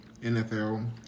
NFL